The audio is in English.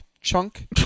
chunk